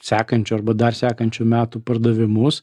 sekančių arba dar sekančių metų pardavimus